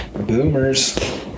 Boomers